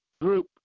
group